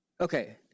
okay